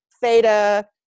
theta